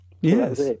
yes